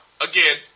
Again